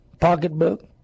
pocketbook